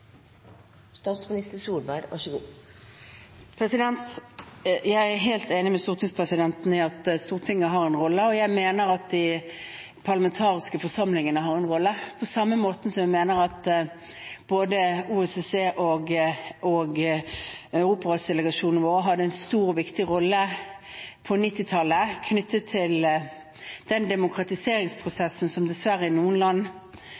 rolle, og jeg mener at de parlamentariske forsamlingene har en rolle. På samme måte som jeg mener at noen medlemmer av Europarådet og OSSE hadde en stor og viktig rolle på 1990-tallet knyttet til den demokratiseringsprosessen som skjedde i noen land – det å bygge institusjoner og desentralisere makt – så er